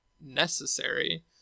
necessary